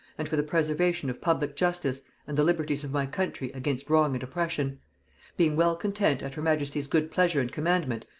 and for the preservation of public justice and the liberties of my country against wrong and oppression being well content, at her majesty's good pleasure and commandment,